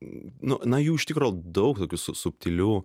nu na jų iš tikro daug tokių subtilių